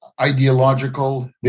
ideological